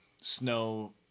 snow